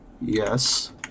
Yes